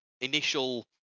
initial